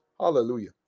Hallelujah